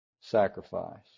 sacrifice